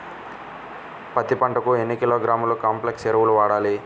పత్తి పంటకు ఎన్ని కిలోగ్రాముల కాంప్లెక్స్ ఎరువులు వాడాలి?